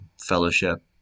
fellowship